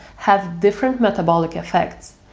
have different metabolic effects,